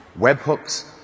webhooks